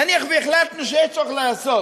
נניח שהחלטנו שיש צורך לעשות